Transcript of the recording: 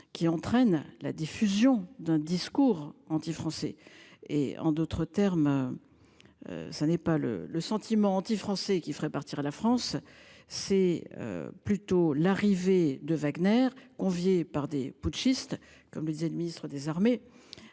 qui entraîne la diffusion d'un discours antifrançais et en d'autres termes. Ça n'est pas le le sentiment anti-français qui ferait partir à la France c'est. Plutôt l'arrivée de Wagner conviée par des putschistes, comme le disait le ministre des armées.